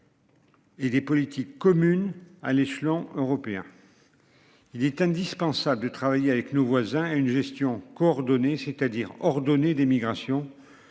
Et des politiques communes à l'échelon européen. Il est indispensable de travailler avec nos voisins et une gestion coordonnée c'est-à-dire ordonné des migrations.